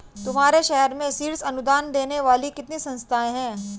तुम्हारे शहर में शीर्ष अनुदान देने वाली कितनी संस्थाएं हैं?